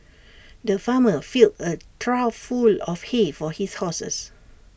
the farmer filled A trough full of hay for his horses